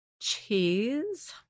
cheese